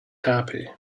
happy